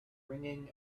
ringing